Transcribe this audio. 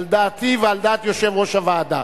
על דעתי ועל דעת יושב-ראש הוועדה.